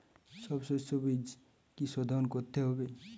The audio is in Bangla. সব শষ্যবীজ কি সোধন করতে হবে?